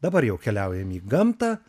dabar jau keliaujam į gamtą